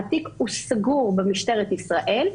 התיק סגור במשטרת ישראל,